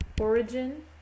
origin